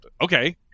okay